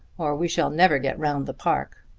or we shall never get round the park.